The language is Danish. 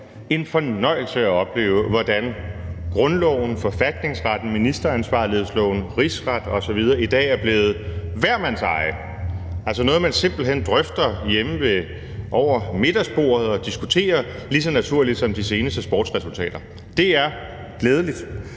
en fornøjelse at opleve, hvordan grundloven, forfatningsretten, ministeransvarlighedsloven, Rigsretten osv. i dag er blevet hver mands eje, altså noget, man simpelt hen drøfter hjemme over middagsbordet og diskuterer lige så naturligt som de seneste sportsresultater. Det er glædeligt.